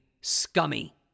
scummy